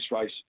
race